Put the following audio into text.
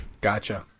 Gotcha